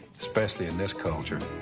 especially in this culture.